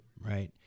Right